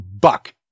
buck